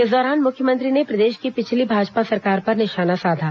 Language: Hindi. इस दौरान मुख्यमंत्री ने प्रदेश की पिछली भाजपा सरकार पर निशाना साधा